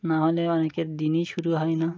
নাহলে অনেকের দিনই শুরু হয় না